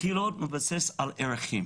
בעיקרון זה מתבסס על ערכים.